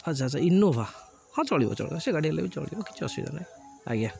ଆଚ୍ଛା ଆଚ୍ଛା ଇନୋଭା ହଁ ଚଳିବ ଚଳିବ ସେ ଗାଡ଼ି ହେଲେ ବି ଚଳିବ କିଛି ଅସୁବିଧା ନାହିଁ ଆଜ୍ଞା